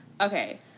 okay